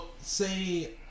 say